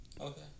okay